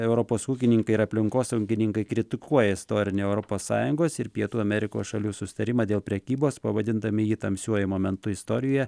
europos ūkininkai ir aplinkosaugininkai kritikuoja istorinį europos sąjungos ir pietų amerikos šalių susitarimą dėl prekybos pavadindami jį tamsiuoju momentu istorijoje